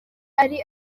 ari